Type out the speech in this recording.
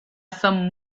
some